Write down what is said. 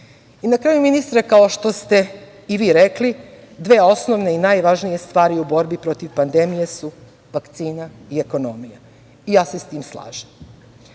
kraju, ministre, kao što ste i vi rekli, dve osnovne i najvažnije stvari u borbi protiv pandemije su vakcina i ekonomija i ja se sa tim slažem.